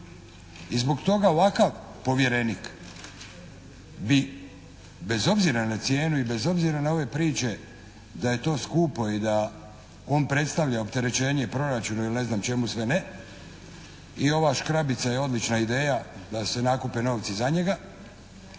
I zbog toga ovakav povjerenik bi bez obzira na cijenu i bez obzira na ove priče da je to skupo i da on predstavlja opterećenje proračunu ili ne znam čemu sve ne, i ova škrabica je odlična ideja da se nakupe novci za njega,